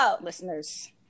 listeners